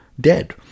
dead